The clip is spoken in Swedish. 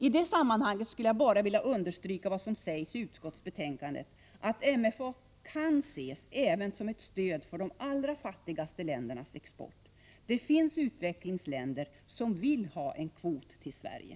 I det sammanhanget skulle jag bara vilja understryka vad som sägs i utskottsbetänkandet, nämligen att MFA kan ses även som ett stöd för de allra fattigaste ländernas export — det finns utvecklingsländer som vill ha en kvot till Sverige.